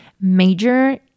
major